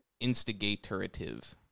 Instigatorative